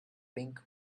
pink